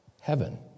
heaven